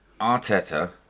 Arteta